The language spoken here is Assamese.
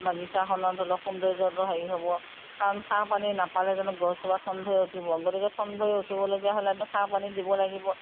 বাগিচাখনত ধৰি লওক সৌন্দৰ্যটো হেৰি হ'ব কাৰণ সাৰ পানী নাপালে জানো গছজোপা ঠন ধৰি উঠিব গতিকে ঠন ধৰি উঠিবলগীয়া হ'লে আমি সাৰ পানী দিব লাগিব